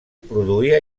produïa